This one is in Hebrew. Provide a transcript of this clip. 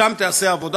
ושם תיעשה עבודה.